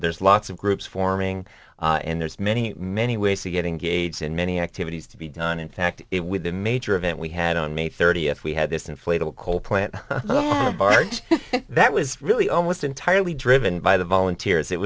there's lots of groups forming and there's many many ways to get engaged in many activities to be done in fact it with a major event we had on may thirtieth we had this inflatable coal plant barge that was really almost entirely driven by the volunteers it